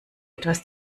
etwas